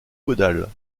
caudales